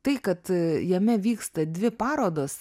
tai kad jame vyksta dvi parodos